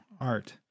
art